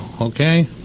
okay